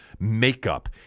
makeup